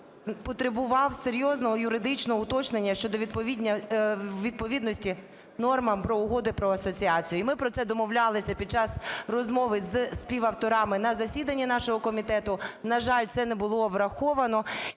він потребував серйозного юридичного уточнення щодо відповідності нормам Угоди про асоціацію. І ми про це домовлялися під час розмови з співавторами на засіданні нашого комітету, на жаль, це не було враховано.